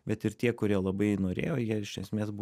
bet ir tie kurie labai norėjo jie iš esmės buvo